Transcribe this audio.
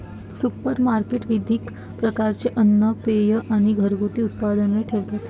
supermarket विविध प्रकारचे अन्न, पेये आणि घरगुती उत्पादने ठेवतात